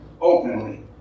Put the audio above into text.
openly